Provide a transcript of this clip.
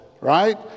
right